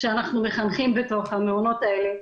שאנחנו מחנכים בתוך המעונות האלה.